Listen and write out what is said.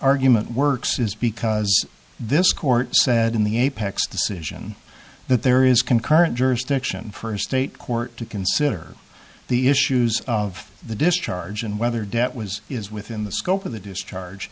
argument works is because this court said in the apex decision that there is concurrent jurisdiction for a state court to consider the issues of the discharge and whether debt was is within the scope of the discharge